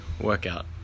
workout